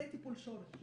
זה טיפול שורש.